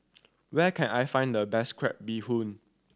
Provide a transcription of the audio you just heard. where can I find the best crab bee hoon